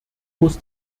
muss